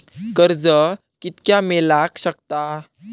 कर्ज कितक्या मेलाक शकता?